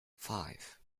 five